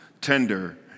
tender